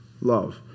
love